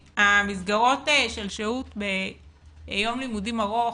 המסגרות של שהות ביום לימודים ארוך,